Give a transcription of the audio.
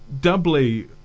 doubly